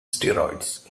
steroids